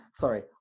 sorry